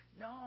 No